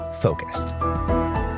focused